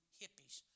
hippies